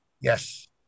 Yes